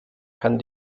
kann